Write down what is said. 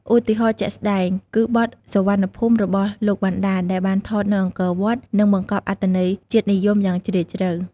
ឧទាហរណ៍ជាក់ស្ដែងគឺបទ "សុវណ្ណភូមិ " របស់ លោក វណ្ណដា ដែលបានថតនៅអង្គរវត្ត និងបង្កប់អត្ថន័យជាតិនិយមយ៉ាងជ្រាលជ្រៅ។